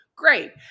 great